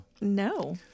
No